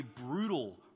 brutal